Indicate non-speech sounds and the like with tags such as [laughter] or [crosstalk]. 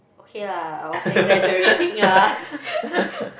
ok lah I was exaggerating ah [laughs]